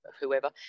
whoever